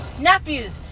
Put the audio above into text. nephews